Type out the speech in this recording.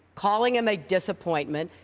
calling him a disappointment,